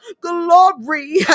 Glory